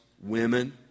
women